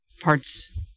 parts